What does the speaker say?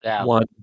one